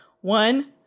One